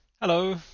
Hello